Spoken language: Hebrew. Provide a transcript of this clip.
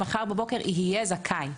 מחר בבוקר יהיה זכאי.